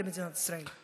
למדינת ישראל.